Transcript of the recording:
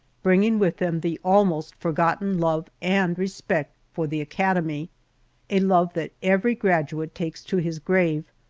bringing with them the almost forgotten love and respect for the academy a love that every graduate takes to his grave,